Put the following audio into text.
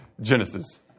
Genesis